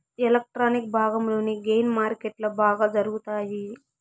electronic భాగంలోని gain మార్కెట్లో బాగా జరుగుతాయి